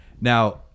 now